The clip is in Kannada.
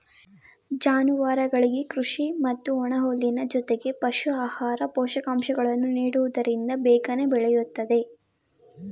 ಜಾನುವಾರುಗಳಿಗೆ ಕೃಷಿ ಮತ್ತು ಒಣಹುಲ್ಲಿನ ಜೊತೆಗೆ ಪಶು ಆಹಾರ, ಪೋಷಕಾಂಶಗಳನ್ನು ನೀಡುವುದರಿಂದ ಬೇಗನೆ ಬೆಳೆಯುತ್ತದೆ